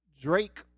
Drake